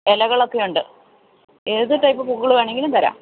ഇലകൾ ഒക്കെ ഉണ്ട് ഏതു ടൈപ്പ് പൂക്കൾ വേണമെങ്കിലും തരാം